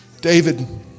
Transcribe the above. David